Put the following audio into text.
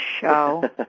show